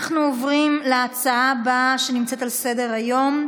אנחנו עוברים להצעות הבאות שעל סדר-היום,